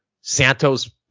Santos